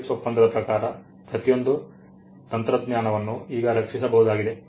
Trips ಒಪ್ಪಂದದ ಪ್ರಕಾರ ಪ್ರತಿಯೊಂದು ತಂತ್ರಜ್ಞಾನವನ್ನು ಈಗ ರಕ್ಷಿಸಬಹುದಾಗಿದೆ